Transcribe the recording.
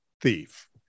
thief